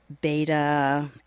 beta